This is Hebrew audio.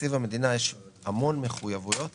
תקציב המדינה יש המון מחויבויות